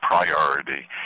priority